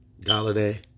Galladay